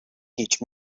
teach